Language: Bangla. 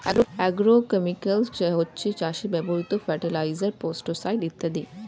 অ্যাগ্রোকেমিকাল হচ্ছে চাষে ব্যবহৃত ফার্টিলাইজার, পেস্টিসাইড ইত্যাদি